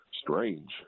strange